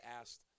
asked